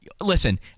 listen